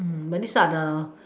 when they start the